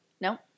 No